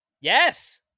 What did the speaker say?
Yes